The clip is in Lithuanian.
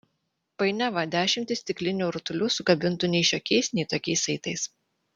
painiava dešimtys stiklinių rutulių sukabintų nei šiokiais nei tokiais saitais